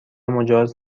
مجاز